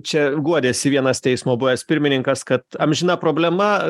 čia guodėsi vienas teismo buvęs pirmininkas kad amžina problema